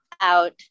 out